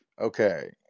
Okay